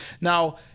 now